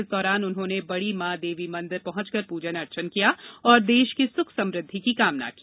इस दौरान उन्होंने बड़ी मॉ देवी मंदिर पहुंचकर प्रजन अर्चन किया और देश के सुख समृद्धि की कामना की